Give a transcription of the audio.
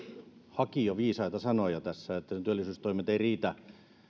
haki jo viisaita sanoja tässä että työllisyystoimet eivät riitä